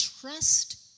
trust